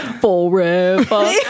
Forever